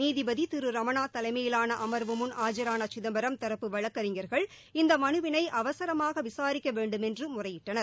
நீதிபதி திரு ரமணா தலைமையிவாள அமா்வு முன் ஆஜான சிதம்பரம் தரப்பு வழக்கறிஞர்கள் இந்த மனுவினை அவசரமாக விசாரிக்க வேண்டுமென்று முறையிட்டனர்